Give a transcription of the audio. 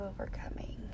overcoming